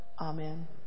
Amen